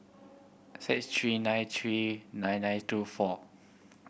six three nine three nine nine two four